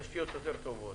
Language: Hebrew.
התשתיות טובות,